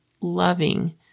loving